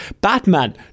Batman